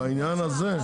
בעניין הזה.